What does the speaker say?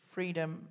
Freedom